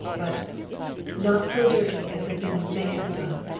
but not so dirty as the things they have done,